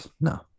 No